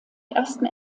ersten